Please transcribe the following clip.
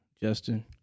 Justin